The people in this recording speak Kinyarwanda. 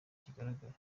kigaragara